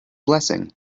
blessing